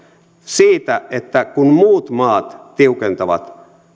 siitä että kun muut maat tiukentavat